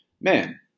man